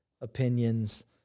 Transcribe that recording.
opinions